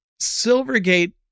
Silvergate